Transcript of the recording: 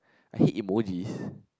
I hate emojis